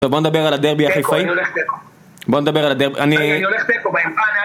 טוב בוא נדבר על הדרבי החיפאי.. תיקו, אני הולך תיקו. בוא נדבר על הדרבי.. אני.. אני הולך תיקו